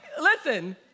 listen